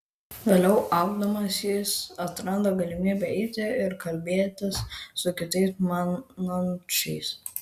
vėliau augdamas jis atranda galimybę eiti ir kalbėtis su kitaip manančiais